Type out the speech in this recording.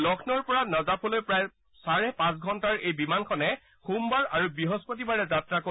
লক্ষ্ণৌৰ পৰা নজফলৈ প্ৰায় চাৰে পাচ ঘণ্টাৰ এই বিমানখনে সোমবাৰ আৰু বৃহস্পতিবাৰে যাত্ৰা কৰিব